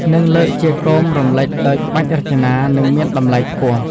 និងលើកជាគោមរំលេចដោយក្បាច់រចនា និងមានតម្លៃខ្ពស់។